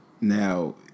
Now